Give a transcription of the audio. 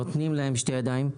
נותנים להם שתי ידיים.